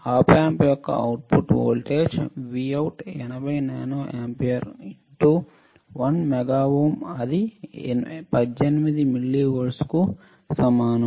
ఆప్ amp యొక్క output voltage Vout 80 nano ampere into 1 mega ohm అది 18 మిల్లీవోల్ట్లు కు సమానం